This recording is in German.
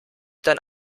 dann